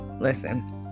listen